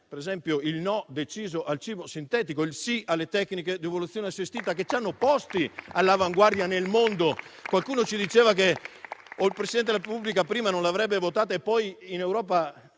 per esempio il no deciso al cibo sintetico, il sì alle tecniche di evoluzione assistita, che ci hanno posti all'avanguardia nel mondo. Qualcuno ci diceva che o prima il Presidente della Repubblica non l'avrebbe firmata o poi in Europa